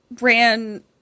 Ran